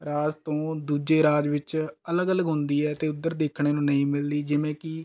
ਰਾਜ ਤੋਂ ਦੂਜੇ ਰਾਜ ਵਿੱਚ ਅਲੱਗ ਅਲੱਗ ਹੁੰਦੀ ਹੈ ਅਤੇ ਉੱਧਰ ਦੇਖਣ ਨੂੰ ਨਹੀਂ ਮਿਲਦੀ ਜਿਵੇਂ ਕਿ